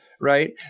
Right